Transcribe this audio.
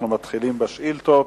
אנחנו מתחילים בשאילתות.